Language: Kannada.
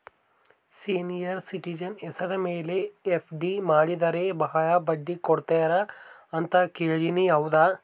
ಸೇನಿಯರ್ ಸಿಟಿಜನ್ ಹೆಸರ ಮೇಲೆ ಎಫ್.ಡಿ ಮಾಡಿದರೆ ಬಹಳ ಬಡ್ಡಿ ಕೊಡ್ತಾರೆ ಅಂತಾ ಕೇಳಿನಿ ಹೌದಾ?